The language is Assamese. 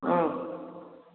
অ'